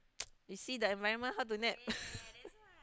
you see the environment how to nap